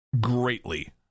greatly